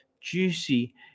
juicy